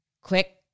quick